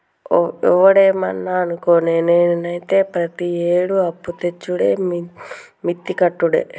ఒవడేమన్నా అనుకోని, నేనైతే ప్రతియేడూ అప్పుతెచ్చుడే మిత్తి కట్టుడే